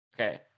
Okay